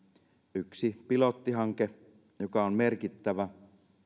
yksi pilottihanke joka on merkittävä